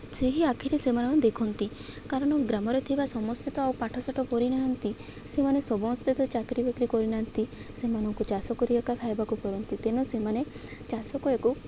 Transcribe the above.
ସେହି ଆଖିରେ ସେମାନେ ଦେଖନ୍ତି କାରଣ ଗ୍ରାମରେ ଥିବା ସମସ୍ତେ ତ ଆଉ ପାଠଶାଠ ପଢ଼ିନାହାନ୍ତି ସେମାନେ ସମସ୍ତେ ତ ଚାକିରି ବାକିରି କରିନାହାନ୍ତି ସେମାନଙ୍କୁ ଚାଷ କରି ଏକା ଖାଇବାକୁ କରନ୍ତି ତେଣୁ ସେମାନେ ଚାଷକୁ ଏକ